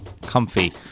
comfy